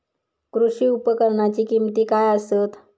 कृषी उपकरणाची किमती काय आसत?